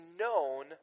known